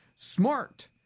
Smart